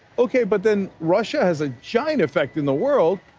okay, but then russia has a giant effect in the world,